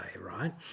right